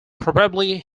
probably